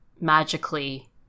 magically